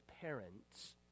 parents